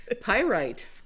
pyrite